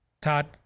Todd